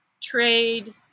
trade